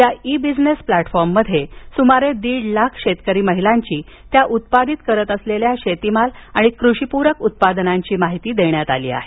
या e business प्लॅटफॉर्ममध्ये सुमारे दीड लाख शतकरी महिलांची त्या उत्पादित करत असलेल्या शेतमाल आणि कृषीपूरक उत्पादनांची माहिती भरण्यात आली आहे